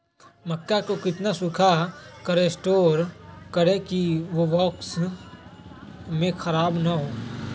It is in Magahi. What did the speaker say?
मक्का को कितना सूखा कर स्टोर करें की ओ बॉक्स में ख़राब नहीं हो?